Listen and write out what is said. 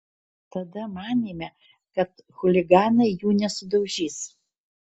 tada manėme kad chuliganai jų nesudaužys